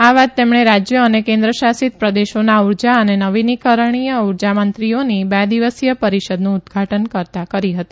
આ વાત તેમણે રાજયો અને કેન્દ્ર શાસિત પ્રદેશોના ઉર્જા અને નવીનીકરણીય ઉર્જા મંત્રીઓની બે દિવસીય પરીષદનું ઉદઘાટન કરતાં કરી હતી